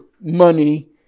money